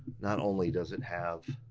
not only does it have